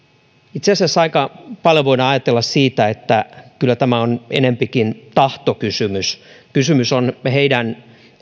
itse asiassa aika paljon voidaan ajatella että kyllä tämä on enempikin tahtokysymys kysymys on heidän